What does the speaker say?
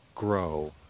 grow